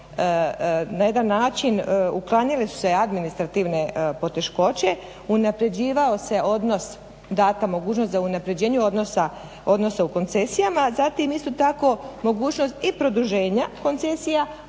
na jedan način uklanjale su se administrativne poteškoće, unapređivao se odnos, data mogućnost za unapređenje odnosa u koncesijama. Zatim isto tako mogućnost i produženja koncesija,